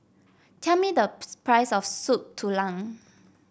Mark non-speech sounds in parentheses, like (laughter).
tell me the (unintelligible) price of Soup Tulang